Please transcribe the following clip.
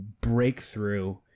breakthrough